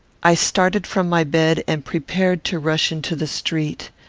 i started from my bed, and prepared to rush into the street.